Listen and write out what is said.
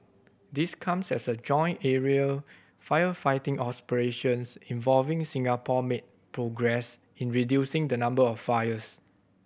this comes as joint aerial firefighting involving Singapore made progress in reducing the number of fires